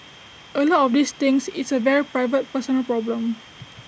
A lot of these things it's A very private personal problem